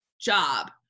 job